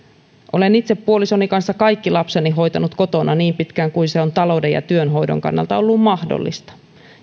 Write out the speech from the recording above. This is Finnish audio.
olen itse puolisoni kanssa kaikki lapseni hoitanut kotona niin pitkään kuin se on talouden ja työnhoidon kannalta ollut mahdollista